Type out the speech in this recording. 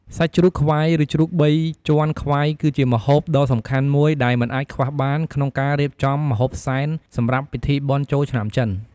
សាច់ជ្រូកខ្វៃ ឬជ្រូកបីជាន់ខ្វៃ គឺជាម្ហូបដ៏សំខាន់មួយ ដែលមិនអាចខ្វះបានក្នុងការរៀបចំម្ហូបសែនសម្រាប់ពិធីបុណ្យចូលឆ្នាំចិន។